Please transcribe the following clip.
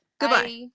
Goodbye